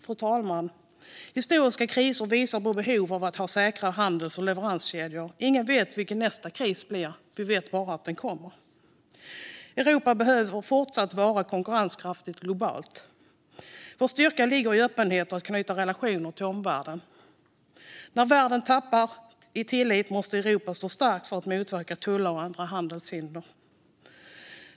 Fru talman! Historiska kriser visar på behovet av att ha säkra handels och leverantörskedjor. Ingen vet vilken nästa kris blir - vi vet bara att den kommer. Europa behöver fortsatt vara konkurrenskraftigt globalt. Vår styrka ligger i öppenhet och i att knyta relationer med omvärlden. När världen tappar i tillit måste Europa stå starkt för att motverka tullar och andra handelshinder.